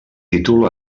títol